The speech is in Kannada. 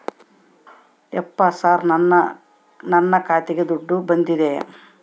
ಯಪ್ಪ ಸರ್ ನನ್ನ ಖಾತೆಗೆ ದುಡ್ಡು ಬಂದಿದೆಯ?